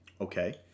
Okay